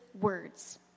words